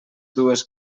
dues